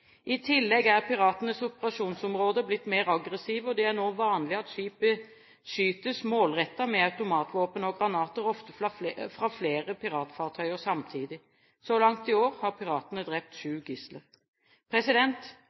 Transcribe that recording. I tillegg er piratenes operasjonsmåter blitt mer aggressive, og det er nå vanlig at skip beskytes målrettet med automatvåpen og granater, ofte fra flere piratfartøyer samtidig. Så langt i år har piratene drept